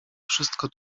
wszystko